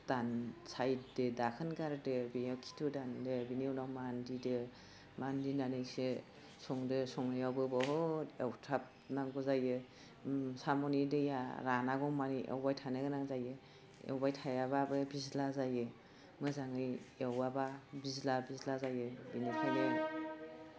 दान सायदो दाखोन गारदो बेयाव खिथु दानदो बिनि उनाव मानदिदो मानदिनानैसो संदो संनायावबो बुहुत एवथाबनांगौ जायो साम'नि दैआ रानागौमानि एवबाय थानो गोनां जायो एवबाय थायाबाबो बिज्ला जायो मोजाङै एवाबा बिज्ला बिज्ला जायो बिनिखायनो